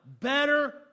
Better